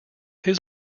his